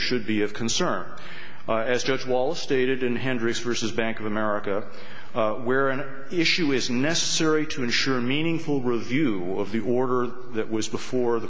should be of concern as judge walsh stated in hendricks versus bank of america where an issue is necessary to ensure a meaningful review of the order that was before the